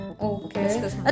Okay